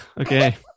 Okay